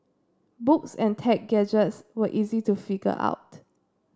books and tech gadgets were easy to figure out